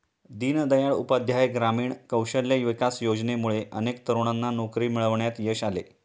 दीनदयाळ उपाध्याय ग्रामीण कौशल्य विकास योजनेमुळे अनेक तरुणांना नोकरी मिळवण्यात यश आले